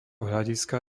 hľadiska